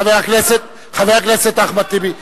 חבר הכנסת אחמד טיבי.